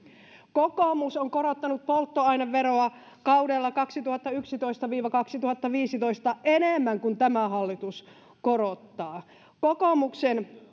kokoomus on korottanut polttoaineveroa kaudella kaksituhattayksitoista viiva kaksituhattaviisitoista enemmän kuin tämä hallitus korottaa kokoomuksen